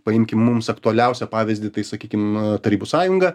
paimkim mums aktualiausią pavyzdį tai sakykim tarybų sąjunga